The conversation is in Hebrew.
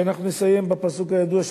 ואנחנו נסיים בפסוק הידוע,